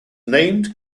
named